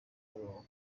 murongo